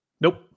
nope